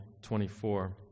24